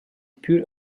pür